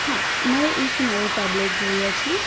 હા મારે એક નવું ટેબલેટ જોઈએ છે